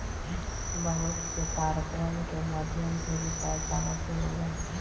बहुत से पार्कवन के मध्यम से भी पैसा वसूल्ल जाहई